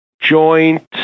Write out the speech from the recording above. joint